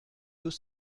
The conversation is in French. deux